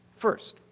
First